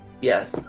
yes